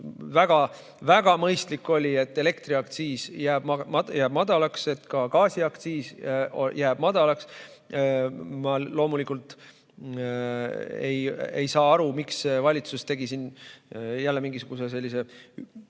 väga mõistlik, et elektriaktsiis jääb madalaks ja ka gaasiaktsiis jääb madalaks. Ma loomulikult ei saa aru, miks valitsus tegi siin jälle mingisuguse pooliku lahenduse,